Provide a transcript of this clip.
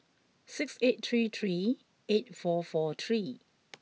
six eight three three eight four four three